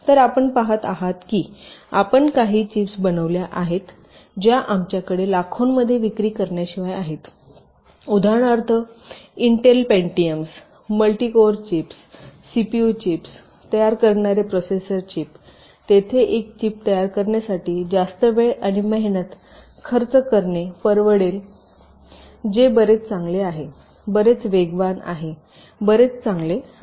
तर आपण पहात आहात की आपण काही चिप्स बनवल्या ज्या आमच्याकडे लाखोंमध्ये विक्री करण्याशिवाय आहे उदाहरणार्थ Intel Pentiums multicore chips CPU chips तयार करणारे प्रोसेसर चिप्स तेथे एक चिप तयार करण्यासाठी जास्त वेळ आणि मेहनत खर्च करणे परवडेल जे बरेच चांगले आहे बरेच वेगवान आहे बरेच चांगले आहे